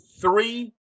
three